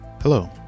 Hello